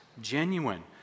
genuine